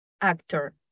actor